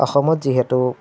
অসমত যিহেতু